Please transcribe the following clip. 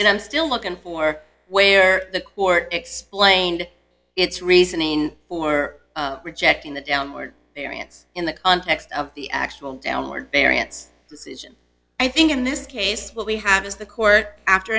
and i'm still looking for where the court explained its reasoning for rejecting the downward variance in the context of the actual downward variance decision i think in this case what we have is the court after